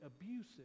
abusive